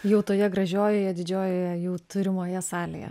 jau toje gražiojoje didžiojoje jų turimoje salėje